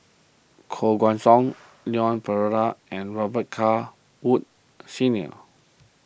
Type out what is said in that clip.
Koh Guan Song Leon Perera and Robet Carr Woods Senior